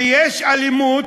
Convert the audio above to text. ויש אלימות,